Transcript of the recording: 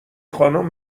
خانوم